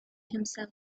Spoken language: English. himself